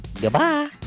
Goodbye